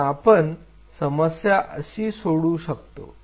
तर आपण समस्या कशी सोडवू शकतो